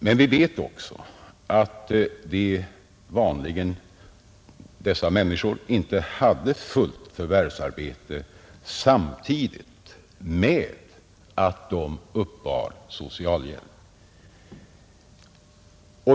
Men vi vet också att dessa människor vanligen inte hade fullt förvärvsarbete samtidigt med att de uppbar socialhjälp.